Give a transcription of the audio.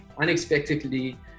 unexpectedly